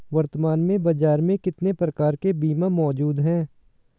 वर्तमान में बाज़ार में कितने प्रकार के बीमा मौजूद हैं?